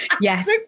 Yes